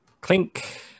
Clink